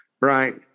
right